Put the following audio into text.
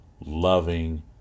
loving